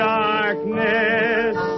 darkness